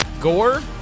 Gore